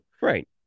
right